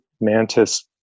mantis